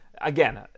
again